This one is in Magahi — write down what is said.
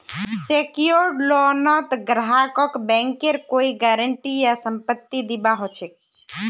सेक्योर्ड लोनत ग्राहकक बैंकेर कोई गारंटी या संपत्ति दीबा ह छेक